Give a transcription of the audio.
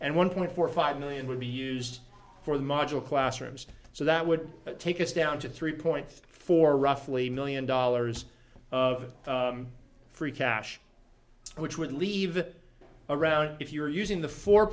and one point four five million would be used for the module classrooms so that would take us down to three point four roughly million dollars of free cash which would leave it around if you're using the fo